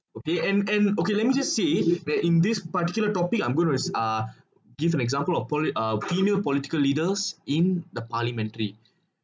okay and and okay let me just say that in this particular topic I'm going to uh give an example of poli~ uh female political leaders in the parliamentary